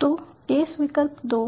तो केस विकल्प 2